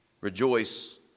Rejoice